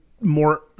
more